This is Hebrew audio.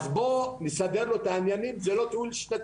אז בוא נסדר לו את העניינים, זה הוא לא טיול שנתי.